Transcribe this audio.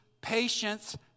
patience